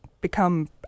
become